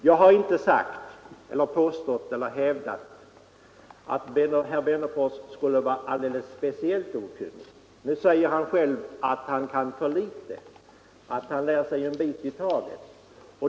Jag har inte påstått att herr Wennerfors skulle vara alldeles speciellt okunnig, men nu säger han själv att han kan för litet, att han lär sig en bit i taget.